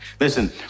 Listen